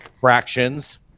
fractions